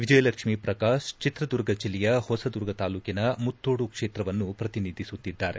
ವಿಜಯಲಕ್ಷ್ಮೀ ಪ್ರಕಾಶ್ ಚಿತ್ರದುರ್ಗ ಜಿಲ್ಲೆಯ ಹೊಸದುರ್ಗ ತಾಲೂಕಿನ ಮುತ್ತೋಡು ಕ್ಷೇತ್ರವನ್ನು ಪ್ರತಿನಿಧಿಸುತ್ತಿದ್ದಾರೆ